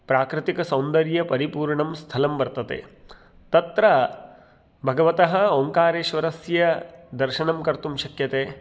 प्राकृतिकसौन्दर्यपरिपूर्णं स्थलं वर्तते तत्र भगवतः ओङ्कारेश्वरस्य दर्शनं कर्तुं शक्यते